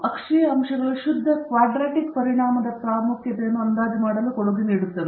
ಅಕ್ಷೀಯ ಅಂಶಗಳು ಶುದ್ಧ ಕ್ವಾಡ್ರಾಟಿಕ್ ಪರಿಣಾಮದ ಪ್ರಾಮುಖ್ಯತೆಯನ್ನು ಅಂದಾಜು ಮಾಡಲು ಕೊಡುಗೆ ನೀಡುತ್ತವೆ